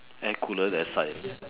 air cooler that side